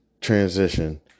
transition